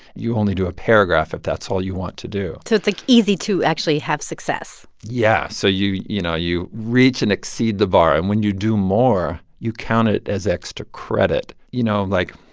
you only do a paragraph if that's all you want to do so it's, like, easy to actually have success yeah, so, you you know, you reach and exceed the bar. and when you do more, you count it as extra credit. you know, like,